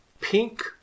pink